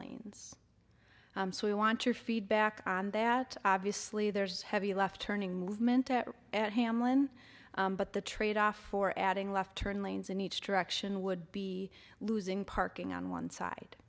lanes so we want your feedback on that obviously there's heavy left turning movement at hamlin but the tradeoff for adding left turn lanes in each direction would be losing parking on one side